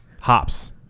hops